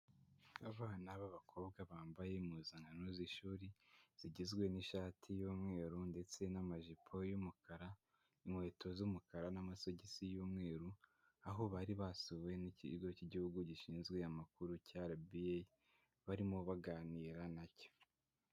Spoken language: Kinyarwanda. Abana b'abakobwa bambaye impuzankano z'ishuri zigizwe n'ishati y'umweru ndetse n'amajipo y'umukara, inkweto z'umukara n'amasogisi y'umweru, aho bari basuwe n'ikigo cy'igihugu gishinzwe amakuru cya RBA barimo baganira na cyo.